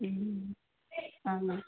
ம் ஆமாம்